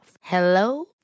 Hello